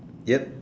yup